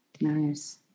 nice